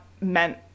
meant